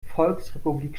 volksrepublik